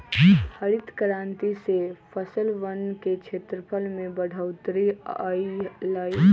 हरित क्रांति से फसलवन के क्षेत्रफल में बढ़ोतरी अई लय